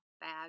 bad